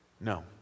No